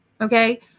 Okay